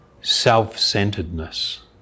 self-centeredness